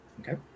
Okay